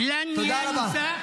(אומר דברים בשפה הערבית).